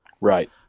Right